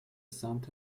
سمت